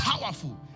powerful